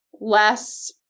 less